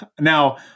Now